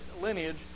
lineage